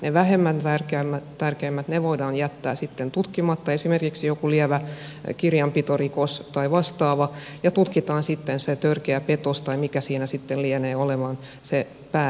ne vähemmän tärkeät voidaan jättää sitten tutkimatta esimerkiksi joku lievä kirjanpitorikos tai vastaava ja tutkitaan sitten se törkeä petos tai mikä siinä sitten lienee se päärikos